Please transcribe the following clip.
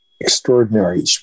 extraordinary